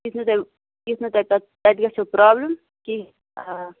یُِتھ نہٕ تُہۍ یُتھ نہٕ تۅہہِ تَتہِ تَتہِ گَژھو پرٛابلِم کِہیٖنۍ آ